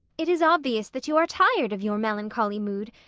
it is obvious that you are tired of your melancholy mood,